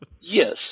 Yes